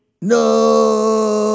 No